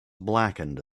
blackened